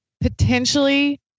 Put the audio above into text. potentially